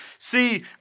See